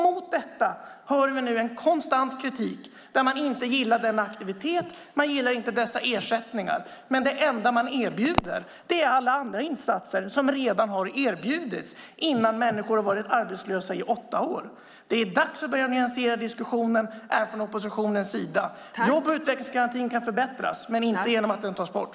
Mot detta hör vi nu en konstant kritik där man inte gillar denna aktivitet och inte gillar dessa ersättningar. Det enda man erbjuder är dock alla andra insatser som redan har erbjudits innan människor har varit arbetslösa i åtta år. Det är dags att börja nyansera diskussionen från oppositionens sida. Jobb och utvecklingsgarantin kan förbättras, men inte genom att den tas bort.